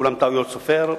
שכולן טעויות סופר.